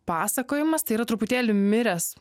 pasakojimas tai yra truputėlį miręs